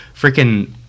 freaking